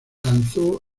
lanzó